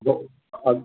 हो अग्